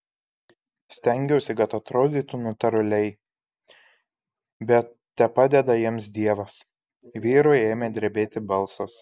stengiausi kad atrodytų natūraliai bet tepadeda jiems dievas vyrui ėmė drebėti balsas